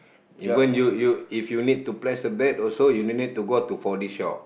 even you you if you need to place a bet also you don't need to go to four-D shop